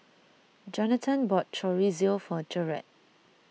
Jonathon bought Chorizo for Jered